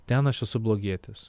ten aš esu blogietis